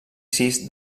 sis